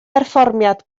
berfformiad